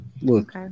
Look